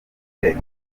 rtd